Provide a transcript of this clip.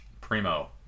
primo